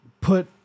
put